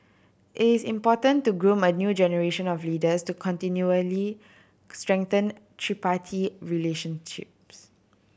it is important to groom a new generation of leaders to continually strengthen tripartite relationships